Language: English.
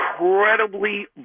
incredibly